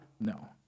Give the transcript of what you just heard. No